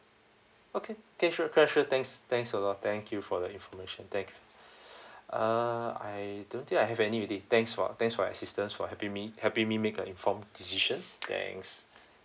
okay okay sure sure sure thanks thanks a lot thank you for the information thank you uh I don't think I have any with it thanks for thanks for your assistance for helping me helping me make a informed decisions thanks